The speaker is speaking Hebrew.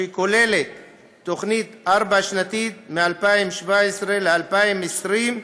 שכוללת תוכנית ארבע-שנתית, מ-2017 ל-2020,